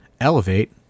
elevate